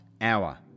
hour